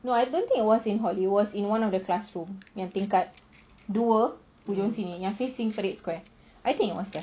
no I don't think it was in hall it was in one of the classroom yang tingkat dua hujung sini yang facing parade square I think it was there